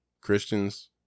Christians